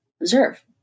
Observe